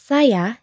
Saya